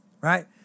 right